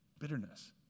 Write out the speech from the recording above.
Bitterness